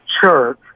church